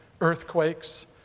earthquakes